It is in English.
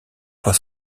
was